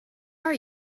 are